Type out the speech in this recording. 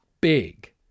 big